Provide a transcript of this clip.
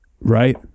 Right